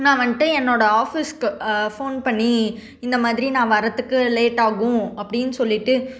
நான் வந்துட்டு என்னோட ஆஃபிஸ்க்கு ஃபோன் பண்ணி இந்த மாதிரி நான் வரத்துக்கு லேட் ஆகும் அப்படினு சொல்லிவிட்டு